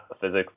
physics